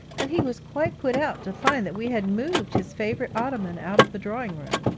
and he was quite put out to find that we had moved his favourite ottoman out of the drawing-room.